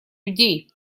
людей